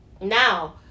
Now